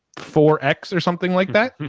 four x or something like that.